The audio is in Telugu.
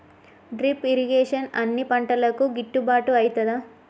డ్రిప్ ఇరిగేషన్ అన్ని పంటలకు గిట్టుబాటు ఐతదా?